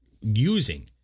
using